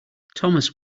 thomas